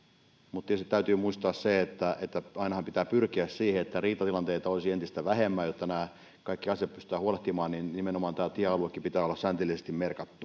mutta tietysti täytyy muistaa se että että ainahan pitää pyrkiä siihen että riitatilanteita olisi entistä vähemmän ja jotta nämä kaikki asiat pystytään huolehtimaan niin nimenomaan tämä tiealuekin pitää olla säntillisesti